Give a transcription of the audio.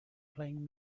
playing